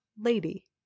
lady